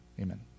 Amen